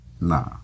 Nah